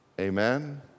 Amen